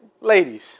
Ladies